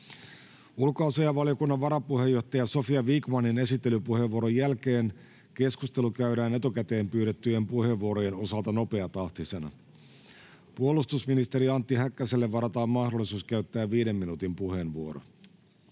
Ulkoasiainvaliokunnan varapuheenjohtaja Sofia Vikmanin esittelypuheenvuoron jälkeen keskustelu käydään etukäteen pyydettyjen puheenvuorojen osalta nopeatahtisena. Puolustusministeri Antti Häkkäselle varataan mahdollisuus käyttää viiden minuutin puheenvuoro.